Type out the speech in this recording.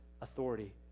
authority